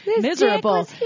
miserable